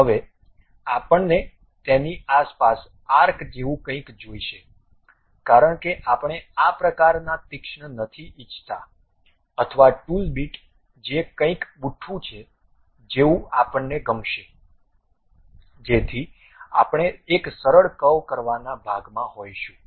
હવે આપણને તેની આસપાસ આર્ક જેવું કંઈક જોઈશે કારણ કે આપણે આ પ્રકારના તીક્ષ્ણ નથી ઇચ્છતા અથવા ટૂલ બીટ જે કંઇક બુઠ્ઠું છે જેવું આપણને ગમશે જેથી આપણે એક સરળ કર્વ કરવાના ભાગમાં હોઈશું